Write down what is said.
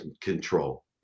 control